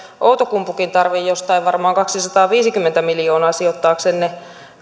outokumpukin tarvitsee jostain varmaan kaksisataaviisikymmentä miljoonaa sijoittaakseen ne